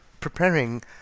preparing